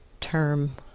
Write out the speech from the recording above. term